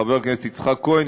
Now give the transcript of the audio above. חבר הכנסת יצחק כהן,